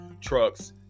trucks